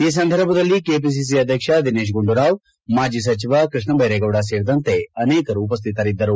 ಈ ಸಂದರ್ಭದಲ್ಲಿ ಕೆಪಿಸಿ ಅಧ್ಯಕ್ಷ ದಿನೇತ್ ಗುಂಡೂರಾವ್ ಮಾಜಿ ಸಚಿವ ಕೃಷ್ಣ ಬೈರೇಗೌಡ ಸೇರಿದಂತೆ ಅನೇಕರು ಉಪಸ್ಥಿತರಿದ್ದರು